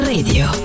Radio